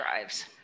drives